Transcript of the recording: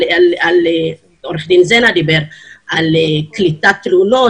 עורך דין זנה דיבר על קליטת תלונות